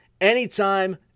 anytime